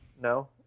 no